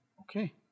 Okay